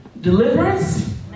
deliverance